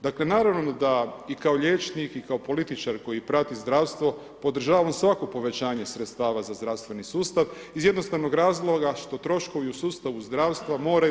Dakle naravno da i kao liječnik i kao političar koji prati zdravstvo podržavam svako povećanje sredstava za zdravstveni sustav iz jednostavnog razloga što troškovi u sustavu zdravstva moraju